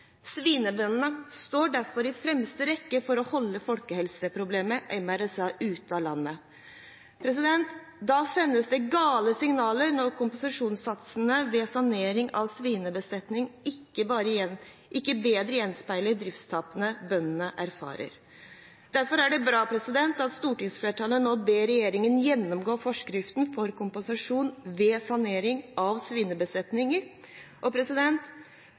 Svinebøndene står derfor i fremste rekke for å holde folkehelseproblemet MRSA ute av landet. Da sendes det gale signaler når kompensasjonssatsene ved sanering av svinebesetninger ikke bedre gjenspeiler driftstapene bøndene erfarer. Derfor er det bra at stortingsflertallet nå ber regjeringen gjennomgå forskriften for kompensasjon ved sanering av